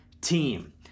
Team